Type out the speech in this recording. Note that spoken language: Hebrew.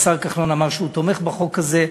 והשר כחלון אמר שהוא תומך בחוק הזה.